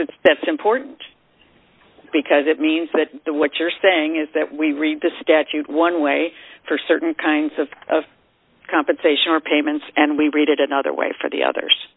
it's that's important because it means that the what you're saying is that we read the statute one way for certain kinds of of compensation or payments and we read it another way for the others